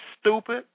stupid